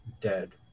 dead